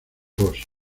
vos